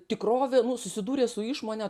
tikrovė nu susidūrė su išmone